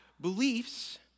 beliefs